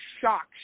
shocked